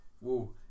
whoa